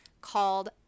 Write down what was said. called